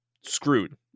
screwed